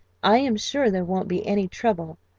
i am sure there won't be any trouble,